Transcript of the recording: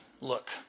look